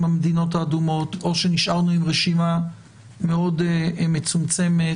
המדינות האדומות או שנשארנו עם רשימה מאוד מצומצמת.